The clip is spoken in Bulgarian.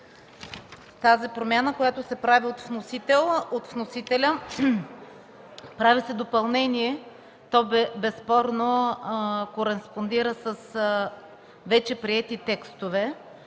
Тази промяна, която се прави от вносителя – допълнение, безспорно кореспондира с вече приети текстове